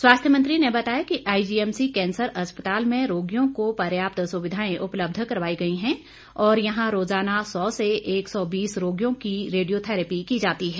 स्वास्थ्य मंत्री ने बताया कि आईजीएमसी कैंसर अस्पताल में रोगियों को पर्याप्त सुविधाएं उपलब्ध करवाई गई है और यहां रोजाना सौ से एक सौ बीस रोगियों की रेडियो थैरेपी की जाती है